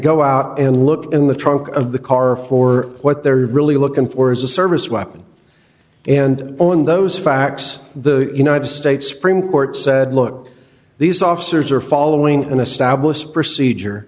go out and look in the trunk of the car for what they're really looking for as a service weapon and on those facts the united states supreme court said look these officers are following an established procedure